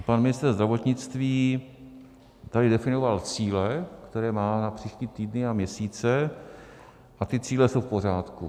A pan ministr zdravotnictví tady definoval cíle, které má na příští týdny a měsíce, a ty cíle jsou v pořádku.